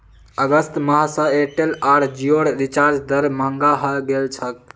अगस्त माह स एयरटेल आर जिओर रिचार्ज दर महंगा हइ गेल छेक